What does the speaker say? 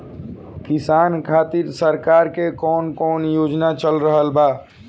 किसान खातिर सरकार क कवन कवन योजना चल रहल बा?